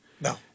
no